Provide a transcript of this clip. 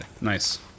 Nice